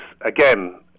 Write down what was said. again